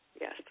Yes